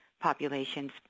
population's